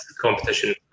Competition